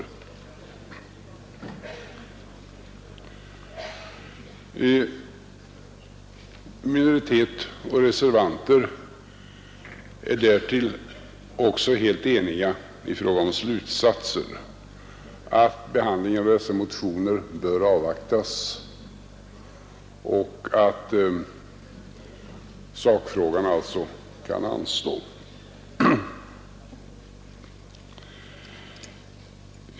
Majoritet och reservanter är därtill också helt eniga i fråga om slutsatserna, nämligen att behandlingen av dessa motioner bör avvaktas och att sakfrågan alltså kan anstå.